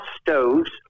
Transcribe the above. stoves